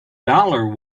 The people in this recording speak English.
dollar